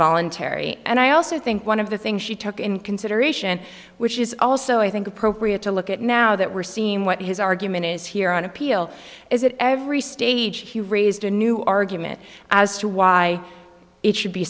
voluntary and i also think one of the things she took in consideration which is also i think appropriate to look at now that we're seeing what his argument is here on appeal is that every stage he raised a new argument as to why it should be